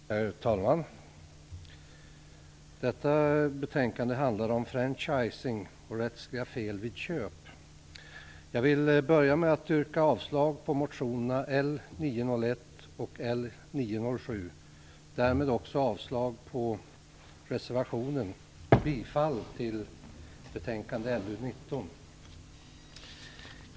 Herr talman! Detta betänkande handlar om franchising och rättsliga fel vid köp. Jag vill börja med att yrka avslag på motionerna L901 och L907 och därmed också avslag på reservationen och bifall till hemställan i betänkandet LU19.